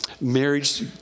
marriage